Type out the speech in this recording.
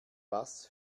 bass